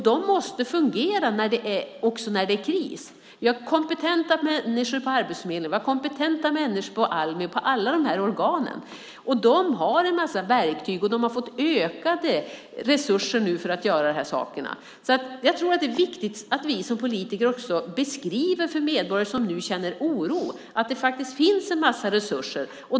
De måste fungera också när det är kris. Vi har kompetenta människor på Arbetsförmedlingen. Vi har kompetenta människor på Almi och på alla de här organen. De har en massa verktyg, och de har fått ökade resurser nu för att göra de här sakerna. Jag tror att det är viktigt att vi som politiker beskriver för medborgare som nu känner oro att det faktiskt finns en massa resurser.